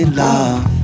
love